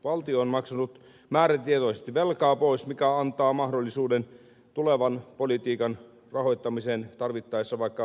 valtio on maksanut määrätietoisesti velkaa pois mikä antaa mahdollisuuden tulevan politiikan rahoittamiseen tarvittaessa vaikka valtionvelan otolla